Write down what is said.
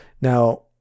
Now